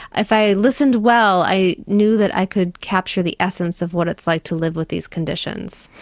if i listened well i knew that i could capture the essence of what it's like to live with these conditions.